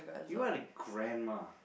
you are a grandma